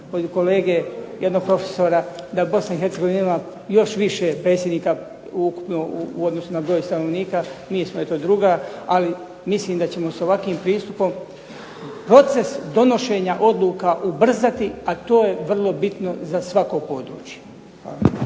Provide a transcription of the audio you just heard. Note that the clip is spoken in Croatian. od kolege jednog profesora da bosna i Hercegovina ima još više predsjednika ukupno u odnosu na broj stanovnika mi smo eto druga, ali mislim da ćemo s ovakvim pristupom proces donošenja odluka ubrzati a to je vrlo bitno za svako područje.